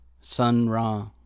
Sun-Ra